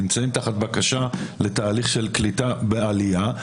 נמצאים תחת בקשה לתהליך של קליטה ועלייה.